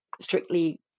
strictly